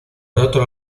otro